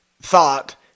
thought